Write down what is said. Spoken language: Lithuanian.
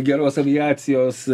geros aviacijos